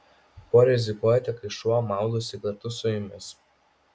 kuo rizikuojate kai šuo maudosi kartu su jumis